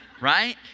Right